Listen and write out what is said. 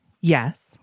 Yes